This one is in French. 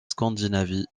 scandinavie